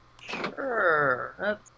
Sure